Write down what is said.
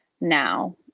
now